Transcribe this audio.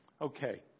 Okay